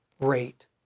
rate